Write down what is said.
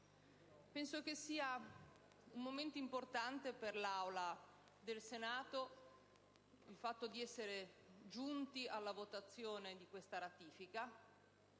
penso che sia importante per l'Aula del Senato il fatto di essere giunti alla votazione di questa ratifica.